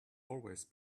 always